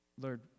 lord